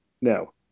no